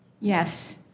Yes